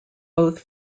both